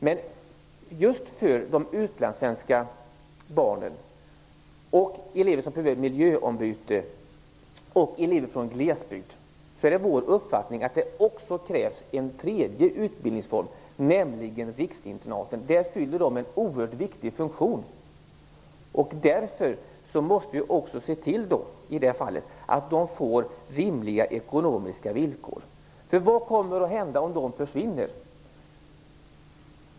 Men just för utlandssvenska barn, elever som behöver miljöombyte och elever från glesbygd är det vår uppfattning att det också krävs en tredje utbildningsform, nämligen riksinternaten. De fyller en oerhört viktig funktion. Därför måste vi också se till att de får rimliga ekonomiska villkor. Vad kommer att hända om de försvinner?